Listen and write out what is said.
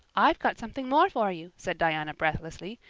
i've got something more for you, said diana breathlessly.